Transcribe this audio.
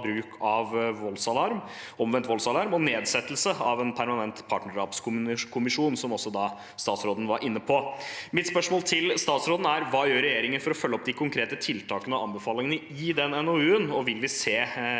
bruk av voldsalarm, omvendt voldsalarm og nedsettelse av en permanent partnerdrapskommisjon, som også statsråden var inne på. Mitt spørsmål til statsråden er: Hva gjør regjeringen for å følge opp de konkrete tiltakene og anbefalingene i den NOU-en, og vil vi se en del av